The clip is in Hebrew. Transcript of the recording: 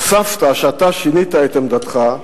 הוספת שאתה שינית את עמדתך,